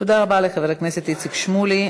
תודה רבה לחבר הכנסת איציק שמולי.